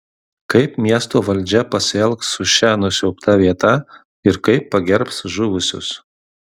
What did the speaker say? kaip miesto valdžia pasielgs su šia nusiaubta vieta ir kaip pagerbs žuvusius